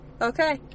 Okay